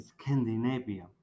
Scandinavia